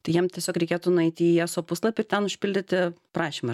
tai jiem tiesiog reikėtų nueiti į eso puslapį ir ten užpildyti prašymą